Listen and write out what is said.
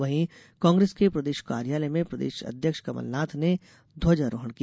वहीं कांग्रेस के प्रदेश कार्यालय में प्रदेश अध्यक्ष कमलनाथ ने ध्वजारोहण किया